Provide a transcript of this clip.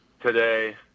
today